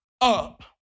up